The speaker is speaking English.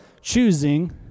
choosing